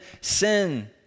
Sin